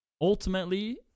ultimately